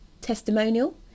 testimonial